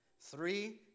three